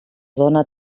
dóna